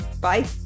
Bye